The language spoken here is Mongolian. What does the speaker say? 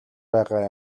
байгаа